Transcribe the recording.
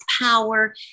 power